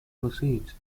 proceeds